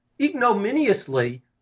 ignominiously